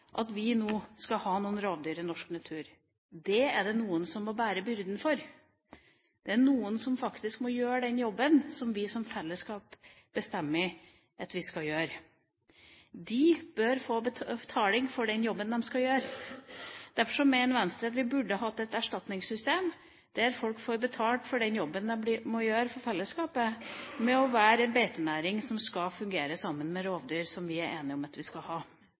at vi skal ha noen rovdyr i norsk natur. Det er det noen som må bære byrden av. Det er noen som faktisk må gjøre den jobben som vi som fellesskap bestemmer at vi skal gjøre. De bør få betaling for den jobben de skal gjøre. Derfor mener Venstre at vi burde hatt et erstatningssystem der folk får betalt for den jobben de må gjøre for fellesskapet, med å være en beitenæring som skal fungere sammen med rovdyr som vi er enige om at vi skal ha.